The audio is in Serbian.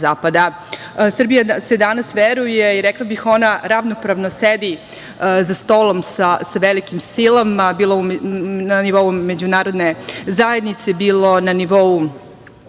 Srbiji se danas veruje i rekla bih da ona ravnopravno sedi za stolom sa velikim silama, bilo na nivou međunarodne zajednice, bilo kao